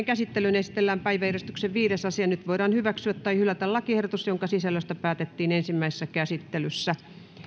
käsittelyyn esitellään päiväjärjestyksen viides asia nyt voidaan hyväksyä tai hylätä lakiehdotus jonka sisällöstä päätettiin ensimmäisessä käsittelyssä